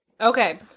Okay